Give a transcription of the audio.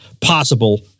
possible